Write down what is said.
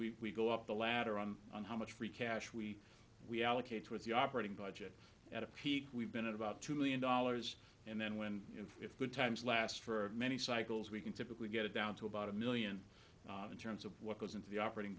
is we go up the ladder on on how much free cash we we allocate towards the operating budget at a peak we've been at about two million dollars and then when you know if good times last for many cycles we can typically get it down to about a million in terms of what goes into the operating